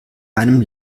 einem